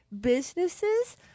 businesses